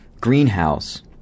greenhouse